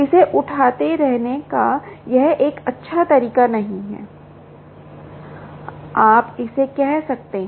इसे उठते रहने का यह एक अच्छा तरीका नहीं है आप ऐसा कह सकते हैं